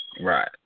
Right